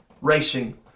racing